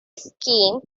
scheme